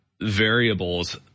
variables